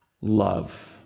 love